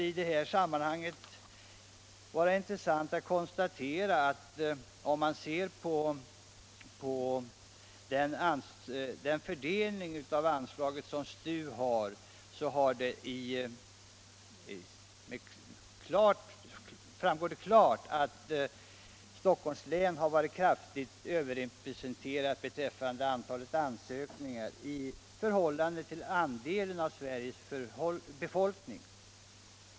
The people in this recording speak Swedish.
I det här sammanhanget kan det vara intressant att se på fördelningen av STU:s anslag. Det framgår klart att Stockholms län har varit kraftigt överrepresenterat beträffande antalet ansökningar i förhållande till andelen av Sveriges befolkning.